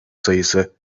sayısı